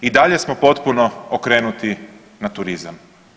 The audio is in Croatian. I dalje smo potpuno okrenuti na turizam.